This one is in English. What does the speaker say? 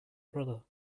brother